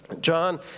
John